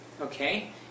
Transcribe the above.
Okay